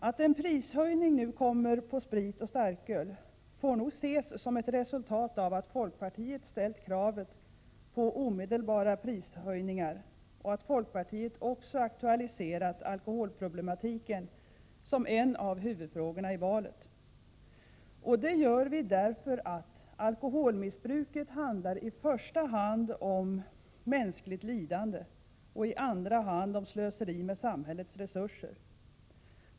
Att en prishöjning nu kommer på sprit och starköl får nog ses som ett resultat av att folkpartiet ställt kravet på omedelbara prishöjningar och att folkpartiet också aktualiserat alkoholproblematiken som en av huvudfrågorna i valet. Det gör vi därför att alkoholmissbruket i första hand handlar om mänskligt lidande och i andra hand om ett slöseri med samhällets resurser.